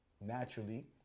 naturally